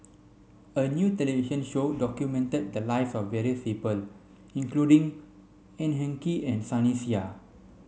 a new television show documented the lives of various people including Ng Eng Kee and Sunny Sia